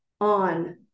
on